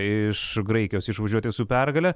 iš graikijos išvažiuoti su pergale